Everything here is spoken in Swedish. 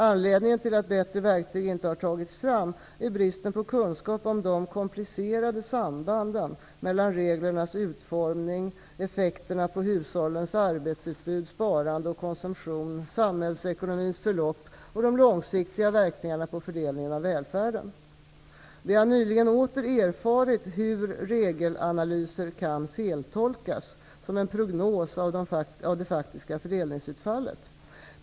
Anledningen till att bättre verktyg inte har tagits fram, är bristen på kunskap om de komplicerade sambanden mellan reglernas utformning, effekterna på hushållens arbetsutbud, sparande och konsumtion, samhällsekonomins förlopp och de långsiktiga verkningarna på fördelningen av välfärden. Vi har nyligen återigen erfarit hur regelanalyser kan feltolkas som en prognos av det faktiska fördelningsutfallet.